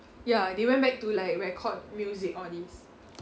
ya they went back to like record music all these